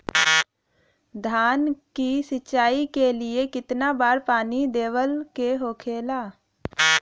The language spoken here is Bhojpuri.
धान की सिंचाई के लिए कितना बार पानी देवल के होखेला?